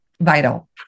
vital